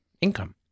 income